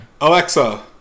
alexa